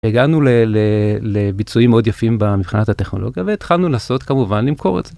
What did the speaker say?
הגענו לביצועים מאד יפים מבחינת הטכנולוגיה והתחלנו לנסות כמובן למכור את זה.